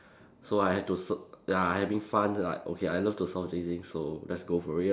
so I had to s~ ya having fun like okay I love to solve this thing so let's go for it lah